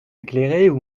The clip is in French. éclairer